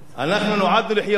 אף אחד לא כפה את זה עלינו.